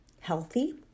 healthy